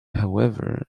however